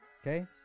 okay